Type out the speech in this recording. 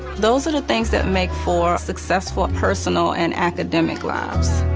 those are the things that make for successful, personal, and academic lives.